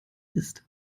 ist